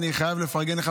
אני חייב לפרגן לך,